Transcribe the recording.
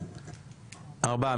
ארבעה.